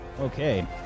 Okay